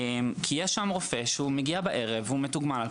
כי יש שם רופא שמגיע בערב והוא מתוגמל על